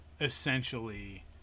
essentially